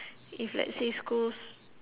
if let's say schools